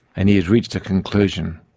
and he has reached a conclusion.